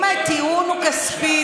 אם הטיעון הוא כספי,